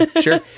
sure